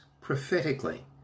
prophetically